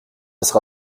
sera